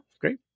great